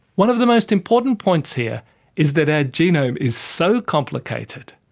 one of the most important points here is that our genome is so complicated,